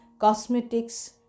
Cosmetics